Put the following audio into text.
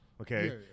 okay